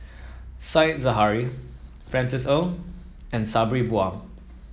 Said Zahari Francis Ng and Sabri Buang